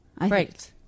Right